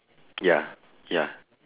ya ya